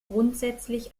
grundsätzlich